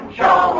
show